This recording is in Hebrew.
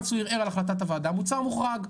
ואם הוא ערער על החלטת הוועדה, המוצר מוחרג.